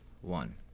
One